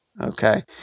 Okay